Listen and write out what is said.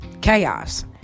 chaos